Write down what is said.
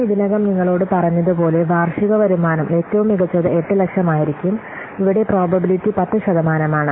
ഞാൻ ഇതിനകം നിങ്ങളോട് പറഞ്ഞതുപോലെ വാർഷിക വരുമാനം ഏറ്റവും മികച്ചത് 800000 ആയിരിക്കും ഇവിടെ പ്രോബബിലിറ്റി 10 ശതമാനമാണ്